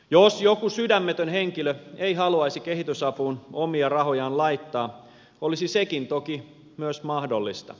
jos joku sydämetön henkilö ei haluaisi kehitysapuun omia rahojaan laittaa olisi sekin toki myös mahdollista